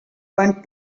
went